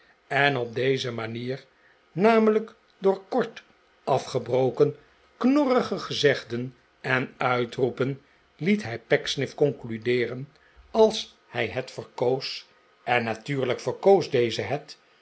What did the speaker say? en op dezelfde manier namelijk door kort afgebroken knorrige gezegden en uitroepen het hij pecksniff concludeeren als hij het verkoos en natuurlijk verkoos deze het